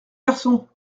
garçons